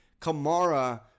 Kamara